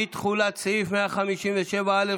(אי-תחולת סעיף 157א,